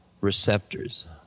receptors